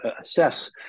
assess